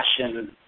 passion